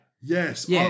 Yes